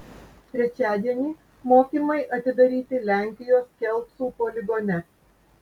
trečiadienį mokymai atidaryti lenkijos kelcų poligone